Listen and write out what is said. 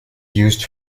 used